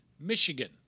Michigan